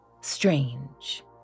strange